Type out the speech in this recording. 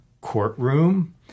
courtroom